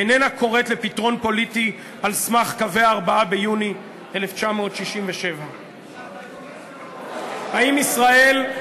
איננה קוראת לפתרון פוליטי על סמך קווי 4 ביוני 1967. האם ישראל,